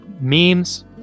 Memes